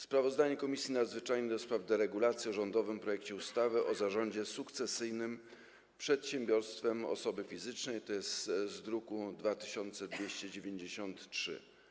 Sprawozdanie Komisji Nadzwyczajnej do spraw deregulacji o rządowym projekcie ustawy o zarządzie sukcesyjnym przedsiębiorstwem osoby fizycznej, druk nr 2293.